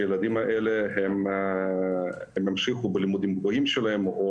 הילדים ימשיכו בלימודים הגבוהים שלהם או